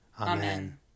Amen